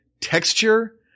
texture